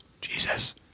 Jesus